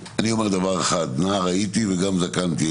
נער הייתי וגם זקנתי,